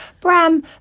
Bram